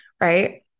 Right